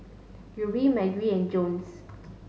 Guthrie Margy and Jones